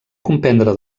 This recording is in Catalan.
comprendre